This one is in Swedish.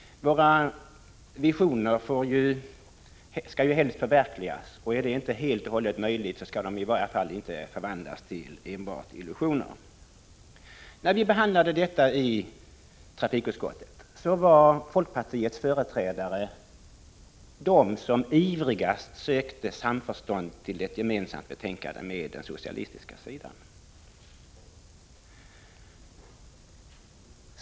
Våra visioner skall ju helst förverkligas, och är det inte helt och hållet möjligt så skall de i varje fall inte förvandlas till enbart illusioner. När vi behandlade detta i trafikutskottet var folkpartiets företrädare de som ivrigast sökte samförstånd för ett gemensamt betänkande med den socialdemokratiska sidan.